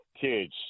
kids